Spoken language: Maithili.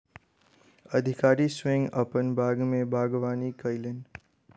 अधिकारी स्वयं अपन बाग में बागवानी कयलैन